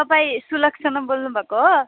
तपाईँ सुलक्षणा बोल्नुभएको हो